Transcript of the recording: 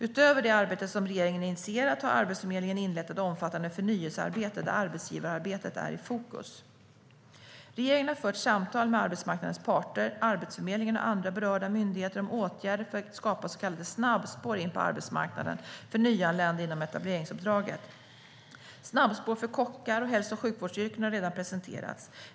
Utöver det arbete som regeringen har initierat har Arbetsförmedlingen inlett ett omfattande förnyelsearbete där arbetsgivararbetet är i fokus. Regeringen har fört samtal med arbetsmarknadens parter, Arbetsförmedlingen och andra berörda myndigheter om åtgärder för att skapa så kallade snabbspår in på arbetsmarknaden för nyanlända inom etableringsuppdraget. Snabbspår för kockar och hälso och sjukvårdsyrken har redan presenterats.